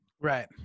Right